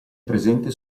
presente